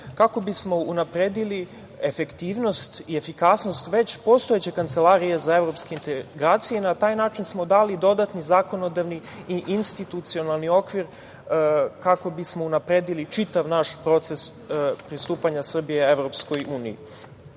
kako bismo unapredili efektivnost i efikasnost već postojeće Kancelarije za evropske integracije. Na taj način smo dali dodatni zakonodavni i institucionalni okvir kako bismo unapredili čitav naš proces pristupanja Srbije EU.Srbija